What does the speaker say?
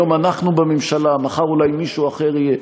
היום אנחנו בממשלה, מחר אולי מישהו אחר יהיה.